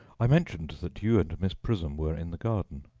i mentioned that you and miss prism were in the garden.